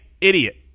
idiot